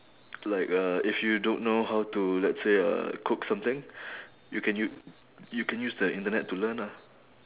like uh if you don't know how to let's say uh cook something you can u~ you can use the internet to learn ah